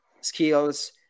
skills